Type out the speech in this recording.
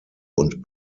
und